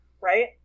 Right